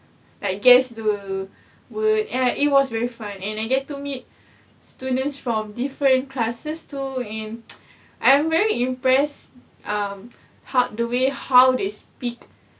but guess the word and it was very fun and I get to meet students from different classes too and I'm very impressed um how the way how they speak